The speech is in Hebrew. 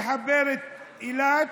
לחבר את אילת